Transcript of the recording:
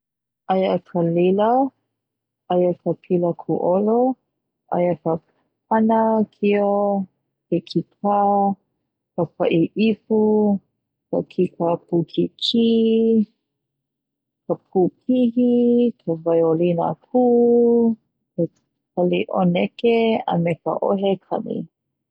Aia ka lila, aia ka pila kuolo, aia ka panakio, ke kika, ka pa'i ipu, ka kika pukiki, ka pu pihi, ka waiolina ku, ke kalioneke a me ka 'ohe kani.